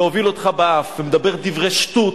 להוביל אותך באף, ומדבר דברי שטות,